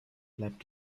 bleib